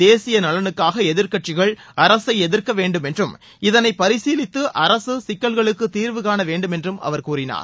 தேசிய நலனுக்காக எதிர்க்கட்சிகள் அரசை எதிர்க்க வேண்டும் என்றும் இதனை பரிசீலித்து அரசு சிக்கல்களுக்கு தீர்வுகாண வேண்டும் என்றும் அவர் கூறினார்